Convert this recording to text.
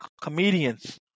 comedians